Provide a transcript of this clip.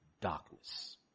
darkness